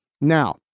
Now